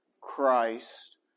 Christ